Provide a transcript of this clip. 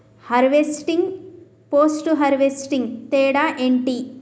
Harvesting, post harvesting తేడా ఏంటి?